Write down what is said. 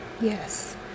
Yes